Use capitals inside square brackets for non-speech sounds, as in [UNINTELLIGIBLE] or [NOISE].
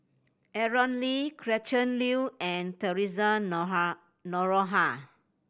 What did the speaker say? Aaron Lee Gretchen Liu and Theresa [UNINTELLIGIBLE] Noronha